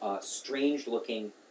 strange-looking